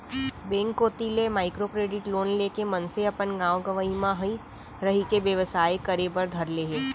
bank कोती ले micro credit loan लेके मनसे अपन गाँव गंवई म ही रहिके बेवसाय करे बर धर ले हे